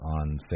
on